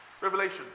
Revelation